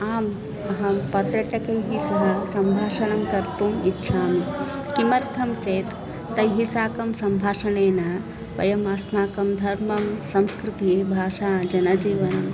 आम् अहं पत्रटकैः सह सम्भाषणं कर्तुम् इच्छामि किमर्थं चेत् तैः साकं सम्भाषणेन वयम् अस्माकं धर्मं संस्कृतिः भाषा जनजीवनम्